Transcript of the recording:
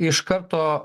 iš karto